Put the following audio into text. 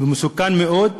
והוא מסוכן מאוד,